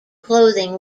clothing